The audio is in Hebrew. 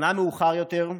שנה מאוחר יותר,